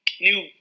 new